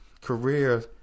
career